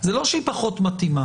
זה לא שהיא פחות מתאימה,